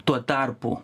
tuo tarpu